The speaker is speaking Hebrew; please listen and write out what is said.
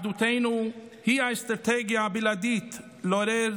אחדותנו היא האסטרטגיה הבלעדית לעורר